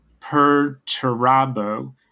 Perturabo